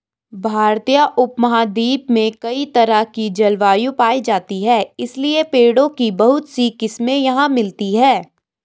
भारतीय उपमहाद्वीप में कई तरह की जलवायु पायी जाती है इसलिए पेड़ों की बहुत सी किस्मे यहाँ मिलती हैं